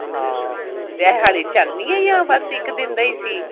ਹਾਂ ਅਤੇ ਇਹ ਹਾਲੇ ਚੱਲਣੀ ਆ ਜਾਂ ਬਸ ਇੱਕ ਦਿਨ ਦਾ ਹੀ ਸੀ